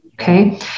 okay